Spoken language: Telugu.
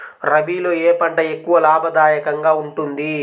రబీలో ఏ పంట ఎక్కువ లాభదాయకంగా ఉంటుంది?